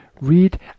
Read